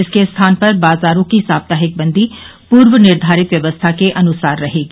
इसके स्थान पर बाजारों की साप्ताहिक बंदी पूर्व निर्धारित व्यवस्था के अनुसार रहेगी